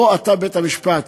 בוא אתה, בית-המשפט,